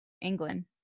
England